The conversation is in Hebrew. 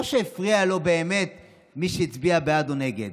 לא שהפריע לו באמת מי שהצביע בעד או נגד,